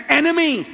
enemy